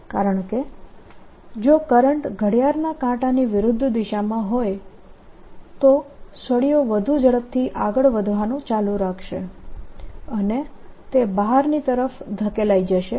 કારણકે જો કરંટ ઘડિયાળના કાંટાની વિરુદ્ધ દિશામાં હોય તો સળિયો વધુ ઝડપથી આગળ વધવાનું ચાલુ રાખશે અને તે બહારની તરફ ધકેલાય જશે